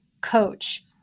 coach